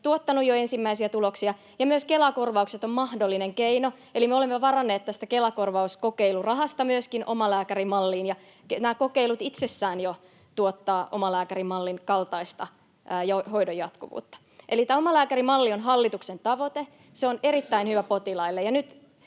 tuottaneet jo ensimmäisiä tuloksia. Myös Kela-korvaukset ovat mahdollinen keino, eli me olemme varanneet tästä Kela-korvauskokeilurahasta myöskin omalääkärimalliin. Nämä kokeilut itsessään jo tuottavat omalääkärimallin kaltaista hoidon jatkuvuutta. Eli tämä omalääkärimalli on hallituksen tavoite. Se on erittäin hyvä potilaille.